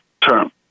Term